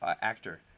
actor